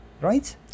right